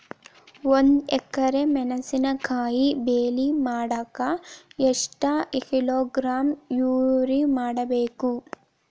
ಒಂದ್ ಎಕರೆ ಮೆಣಸಿನಕಾಯಿ ಬೆಳಿ ಮಾಡಾಕ ಎಷ್ಟ ಕಿಲೋಗ್ರಾಂ ಯೂರಿಯಾ ಹಾಕ್ಬೇಕು?